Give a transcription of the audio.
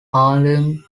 harlem